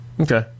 Okay